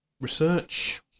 research